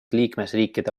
liikmesriikide